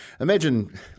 Imagine